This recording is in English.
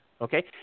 okay